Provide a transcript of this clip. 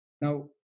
Now